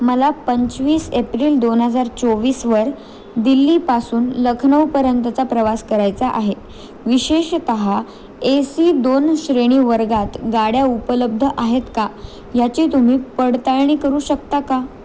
मला पंचवीस एप्रिल दोन हजार चोवीसवर दिल्लीपासून लखनऊपर्यंतचा प्रवास करायचा आहे विशेषतः ए सी दोन श्रेणी वर्गात गाड्या उपलब्ध आहेत का याची तुम्ही पडताळणी करू शकता का